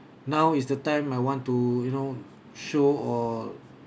now is the time I want to you know show or